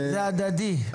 זה הדדי.